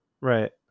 Right